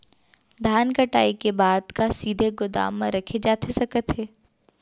धान कटाई के बाद का सीधे गोदाम मा रखे जाथे सकत हे?